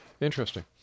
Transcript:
Interesting